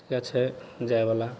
इएह छै जाइवला